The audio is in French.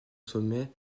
sommet